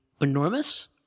enormous